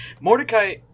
Mordecai